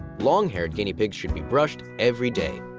longhaired guinea pigs should be brushed every day.